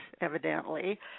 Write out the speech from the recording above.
evidently